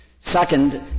Second